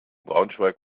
braunschweig